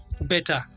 better